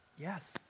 yes